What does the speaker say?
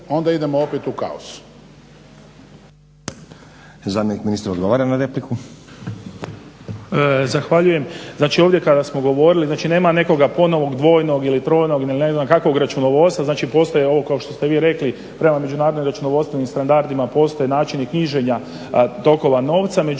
Zamjenik ministra odgovara na repliku.